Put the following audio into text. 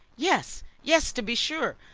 yes, yes, to be sure!